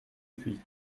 puy